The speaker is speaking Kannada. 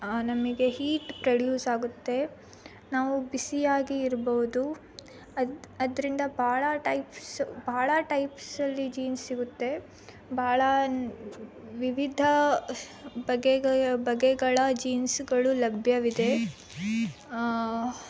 ನಮಿಗೆ ಹೀಟ್ ಪ್ರೊಡ್ಯೂಸ್ ಆಗುತ್ತೆ ನಾವು ಬಿಸಿಯಾಗಿ ಇರ್ಬೌದು ಅದು ಅದರಿಂದ ಭಾಳ ಟೈಪ್ಸ್ ಭಾಳ ಟೈಪ್ಸಲ್ಲಿ ಜೀನ್ಸ್ ಸಿಗುತ್ತೆ ಭಾಳ ನ್ ವಿವಿಧ ಬಗೆಗಳ ಬಗೆಗಳ ಜೀನ್ಸ್ಗಳು ಲಭ್ಯವಿದೆ